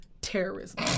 terrorism